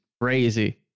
crazy